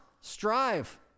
strive